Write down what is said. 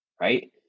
right